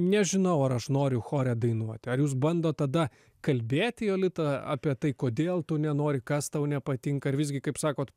nežinau ar aš noriu chore dainuot ar jūs bandot tada kalbėti jolita apie tai kodėl tu nenori kas tau nepatinka ar visgi kaip sakot